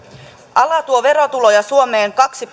ala tuo verotuloja suomeen kaksi